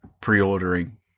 pre-ordering